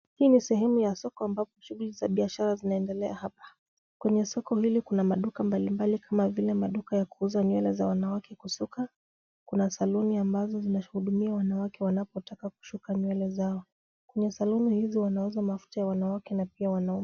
Hii sehemu ya soko ambapo shughuli za biashara inaendelea hapa, kwenye soko hili kuna maduka mbalimbali kama vile duka ya wanawake kusuka kuna saluni ambapo inaudhumia wanawake wanapotaka kushuka nywele zao kuna saluni inayoisa mafuta ya wanawake na pia wanaume.